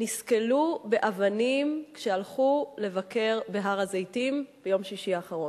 נסקלו באבנים כשהלכו לבקר בהר-הזיתים ביום שישי האחרון.